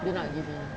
do not give in